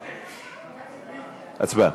הצבעה.